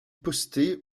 posté